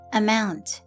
amount